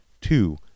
two